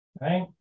Right